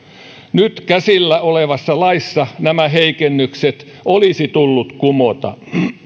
nyt käsillä olevassa laissa nämä heikennykset olisi tullut kumota